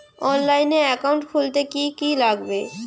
অনলাইনে একাউন্ট খুলতে কি কি লাগবে?